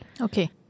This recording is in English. Okay